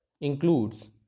includes